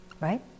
Right